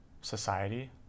society